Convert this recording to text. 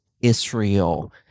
Israel